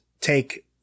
take